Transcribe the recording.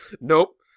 Nope